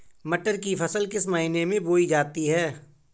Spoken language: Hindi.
मटर की फसल किस महीने में बोई जाती है?